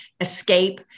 escape